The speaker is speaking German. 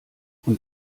und